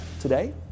today